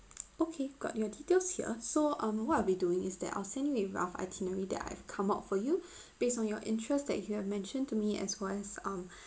okay got your details here so um what I'll be doing is that I'll send you with a rough itinerary that I've come out for you based on your interests that you have mentioned to me as once um